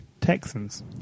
Texans